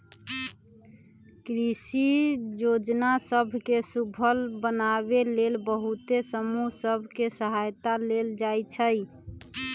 कृषि जोजना सभ के सूफल बनाबे लेल बहुते समूह सभ के सहायता लेल जाइ छइ